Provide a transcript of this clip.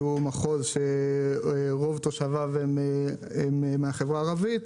שהוא מחוז שרוב תושביו הם מהחברה הערבית,